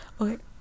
okay